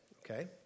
okay